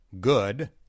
good